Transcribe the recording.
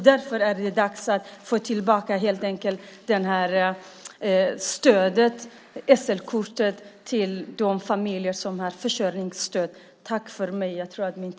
Därför är det dags att de familjer som har försörjningsstöd får tillbaka SL-kortet.